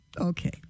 Okay